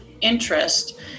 interest